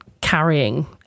carrying